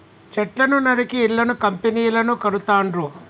చెట్లను నరికి ఇళ్లను కంపెనీలను కడుతాండ్రు